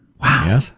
Wow